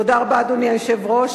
תודה רבה, אדוני היושב-ראש.